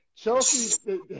Chelsea